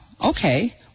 Okay